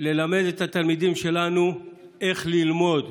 ללמד את התלמידים שלנו איך ללמוד.